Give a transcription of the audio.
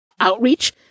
outreach